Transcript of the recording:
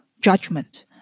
judgment